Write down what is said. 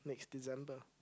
next December